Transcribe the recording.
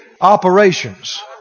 operations